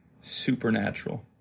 supernatural